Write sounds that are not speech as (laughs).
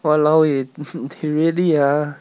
!walao! eh (laughs) he really ah